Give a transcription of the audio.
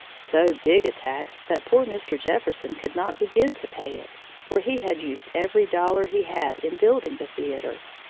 so big a tax that poor mr. jefferson could not begin to pay it, for he had used every dollar he had in building the theater.